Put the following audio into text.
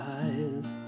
eyes